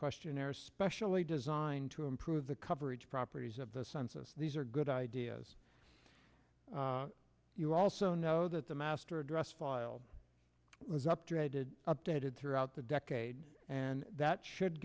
questionnaire specially designed to improve the coverage properties of the census these are good ideas you also know that the master address file was updated updated throughout the decade and that should